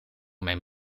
mijn